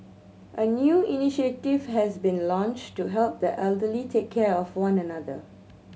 a new initiative has been launched to help the elderly take care of one another